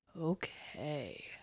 Okay